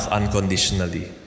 unconditionally